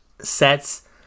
sets